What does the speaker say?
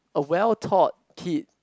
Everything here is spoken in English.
a well taught kid